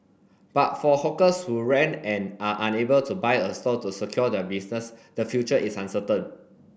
but for hawkers who rent and are unable to buy a stall to secure their business the future is uncertain